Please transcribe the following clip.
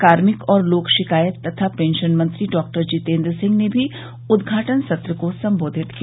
कार्मिक और लोक शिकायत तथा पेंशन मंत्री डॉक्टर जितेंद्र सिंह ने भी उदघाटन सत्र को संबोधित किया